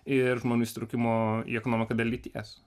ir žmonių įsitraukimo į ekonomiką dėl lyties